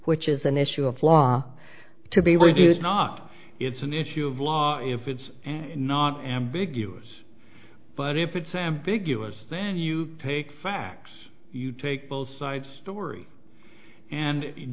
which is an issue of law to be reduced not it's an issue of law if it's not ambiguous but if it's ambiguous then you take facts you take both sides story and